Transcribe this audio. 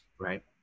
right